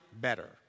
better